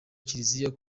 kiriziya